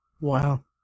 Wow